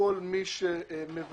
שכל מי שמבקש